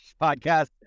podcast